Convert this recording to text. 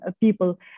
people